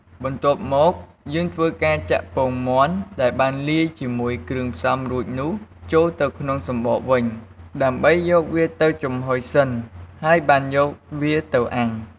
បន្ទាប់មកយើងធ្វើការចាក់ពងមាន់ដែលបានលាយជាមួយគ្រឿងផ្សំរួចនោះចូលទៅក្នុងសំបកវិញ ដើម្បីយកវាទៅចំហុយសិនហើយបានយកវាទៅអាំង។